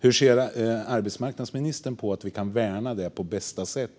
Hur ser arbetsmarknadsministern att Sveriges riksdag kan värna det på bästa sätt?